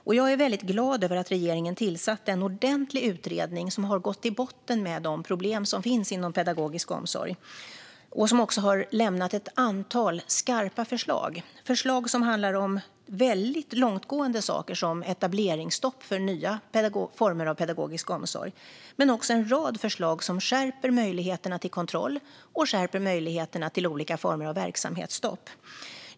Och jag är väldigt glad över att regeringen har tillsatt en ordentlig utredning som har gått till botten med de problem som finns inom pedagogisk omsorg, och som också har lämnat ett antal skarpa förslag. Det är förslag som handlar om väldigt långtgående saker som etableringsstopp för nya former av pedagogisk omsorg men också en rad förslag som skärper möjligheterna till kontroll och olika former av verksamhetsstopp.